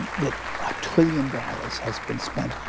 that a trillion dollars has been spent,